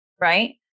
right